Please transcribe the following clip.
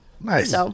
nice